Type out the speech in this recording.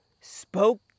spoke